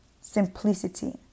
Simplicity